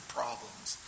problems